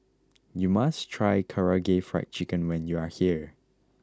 you must try Karaage Fried Chicken when you are here